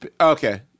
Okay